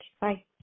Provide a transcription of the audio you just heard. Bye